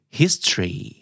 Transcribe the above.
history